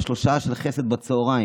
יש לו שעה של חסד בצוהריים,